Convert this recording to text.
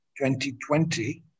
2020